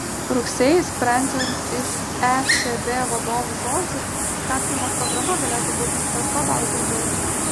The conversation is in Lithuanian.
rugsėjį sprendžiant iš ecb vadovų žodžių skatinimo programa galėtų būti išplėsta dar daugiau